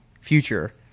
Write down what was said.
future